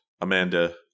Amanda